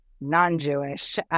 non-Jewish